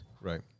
Right